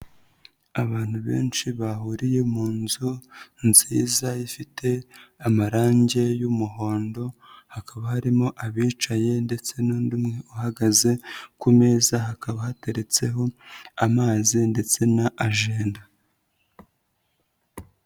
Abantu benshi bahuriye mu nzu nziza ifite amarange y'umuhondo, hakaba harimo abicaye ndetse n'undi umwe uhagaze, ku meza hakaba hateretseho amazi ndetse n'ajenda.